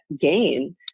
gain